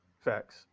Facts